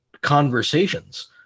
conversations